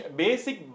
basic